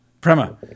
Prema